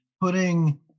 putting